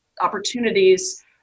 opportunities